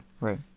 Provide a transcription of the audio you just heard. right